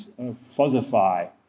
fuzzify